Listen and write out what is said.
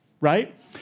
right